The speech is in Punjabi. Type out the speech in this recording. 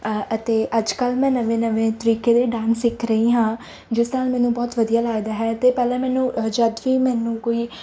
ਅਤੇ ਅੱਜ ਕੱਲ੍ਹ ਮੈਂ ਨਵੇਂ ਨਵੇਂ ਤਰੀਕੇ ਦੇ ਡਾਂਸ ਸਿੱਖ ਰਹੀ ਹਾਂ ਜਿਸ ਨਾਲ ਮੈਨੂੰ ਬਹੁਤ ਵਧੀਆ ਲੱਗਦਾ ਹੈ ਅਤੇ ਪਹਿਲਾਂ ਮੈਨੂੰ ਜਦੋਂ ਵੀ ਮੈਨੂੰ ਕੋਈ